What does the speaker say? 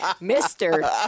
Mister